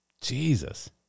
Jesus